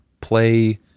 play